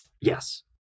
Yes